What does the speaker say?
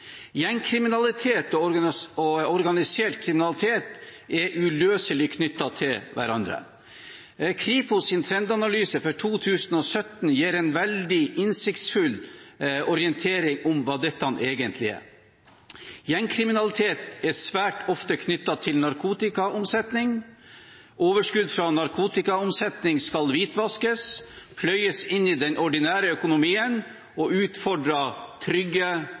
Gjengkriminalitet og organisert kriminalitet er uløselig knyttet til hverandre. Kripos’ trendrapport for 2016 gir en veldig innsiktsfull orientering om hva dette egentlig er. Gjengkriminalitet er svært ofte knyttet til narkotikaomsetning. Overskudd fra narkotikaomsetning hvitvaskes, pløyes inn i den ordinære økonomien og utfordrer